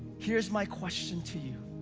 here's my question to you.